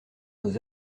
nos